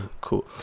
Cool